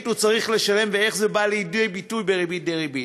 הוא צריך לשלם ואיך זה בא לידי ביטוי בריבית דריבית.